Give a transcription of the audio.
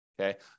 okay